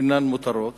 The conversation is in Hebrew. אינן מותרות,